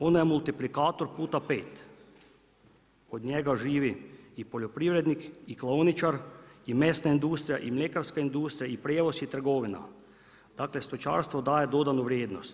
Ona je multiplikator puta pet, od njega živi i poljoprivrednik i klaoničar i mesna industrija i mljekarska industrija i prijevoz i trgovina, dakle stočarstvo daje dodanu vrijednost.